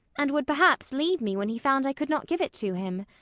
and would perhaps leave me when he found i could not give it to him.